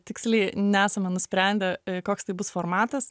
tiksliai nesame nusprendę koks tai bus formatas